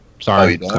Sorry